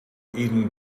eaten